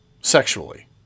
sexually